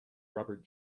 robert